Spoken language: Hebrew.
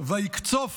וַיִקצֹף